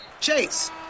Chase